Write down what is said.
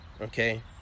okay